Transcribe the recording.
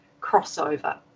crossover